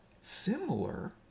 similar